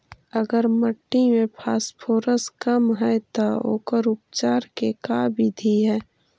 अगर मट्टी में फास्फोरस कम है त ओकर उपचार के का बिधि है?